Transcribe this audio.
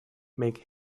make